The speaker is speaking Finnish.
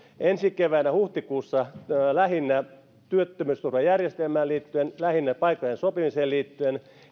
ensi keväänä huhtikuussa lähinnä työttömyysturvajärjestelmään liittyen lähinnä paikalliseen sopimiseen liittyen